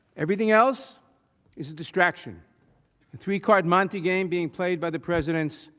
everything else is a distraction that record ninety game being played by the president's